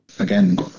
again